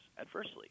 adversely